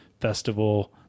festival